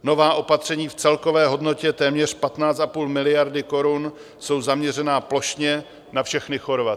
Nová opatření v celkové hodnotě téměř 15,5 miliardy korun jsou zaměřena plošně na všechny Chorvaty.